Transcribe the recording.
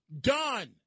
Done